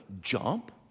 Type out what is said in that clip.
jump